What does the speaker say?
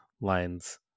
lines